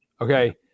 Okay